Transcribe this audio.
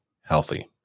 healthy